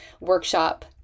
workshop